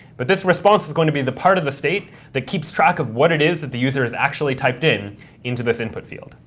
but this response is going to be the part of the state that keeps track of what it is that the user has actually typed in into this input field.